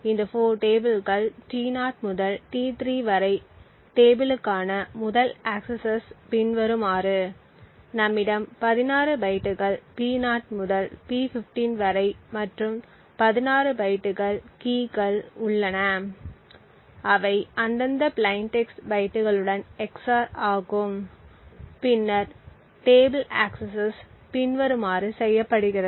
இந்த 4 டேபிள்கள் T0 முதல் T3 வரை டேபிளுக்கான முதல் ஆக்கசஸ்கள் பின்வருமாறு நம்மிடம் 16 பைட்டுகள் P0 முதல் P15 வரை மற்றும் 16 பைட்டுகள் கீகள் உள்ளன அவை அந்தந்த பிளைன் டெக்ஸ்ட் பைட்டுகளுடன் XOR ஆகும் பின்னர் டேபிள் ஆக்கசஸ்கள் பின்வருமாறு செய்யப்படுகிறது